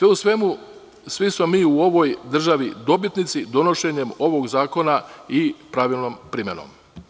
Sve u svemu, svi smo mi u ovoj državi dobitnici donošenjem ovog zakona i pravilnom primenom.